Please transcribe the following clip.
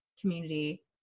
community